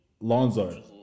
Lonzo